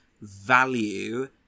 value